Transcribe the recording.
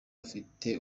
ufite